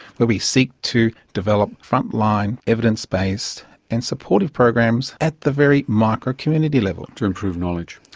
where we seek to develop frontline evidence-based and supportive programs at the very micro community level. to improve knowledge.